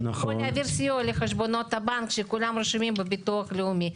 או להעביר סיוע לחשבונות הבנק שכולם רשומים בביטוח לאומי.